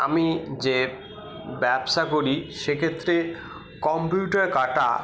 আমি যে ব্যবসা করি সেক্ষেত্রে কম্পিউটার কাঁটা